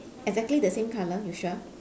exactly the same color you sure